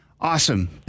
Awesome